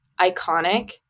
iconic